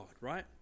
right